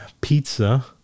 pizza